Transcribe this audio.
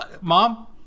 mom